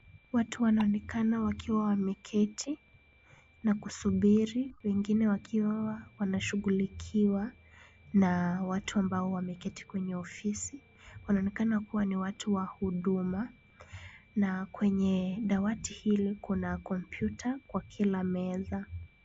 Watu wanaonekana wakiwa wameketi na kusubiri wengine wakiwa wanashughulikiwa na watu ambao wameketi kwenye ofisi. Wanaonekana kuwa ni watu wa huduma na kwenye dawati hilo kuna kompyuta kwa kila meza.